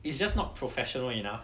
it's just not professional enough